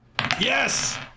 yes